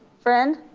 friend.